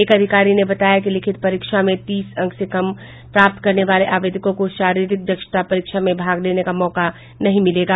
एक अधिकारी ने बताया कि लिखित परीक्षा में तीस अंक से कम प्राप्त करने वाले आवेदकों को शरीरिक दक्षता परीक्षा में भाग लेने का मौका नहीं मिलेगा